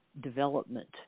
development